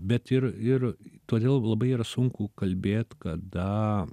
bet ir ir todėl labai sunku kalbėt kada